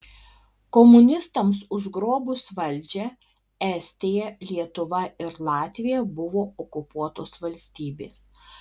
komunistams užgrobus valdžią estija lietuva ir latvija buvo okupuotos valstybės